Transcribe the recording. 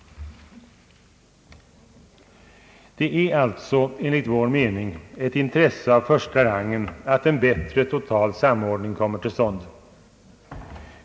Det är alltså enligt vår mening ett intresse av första rangen att en bättre total samordning kommer till stånd.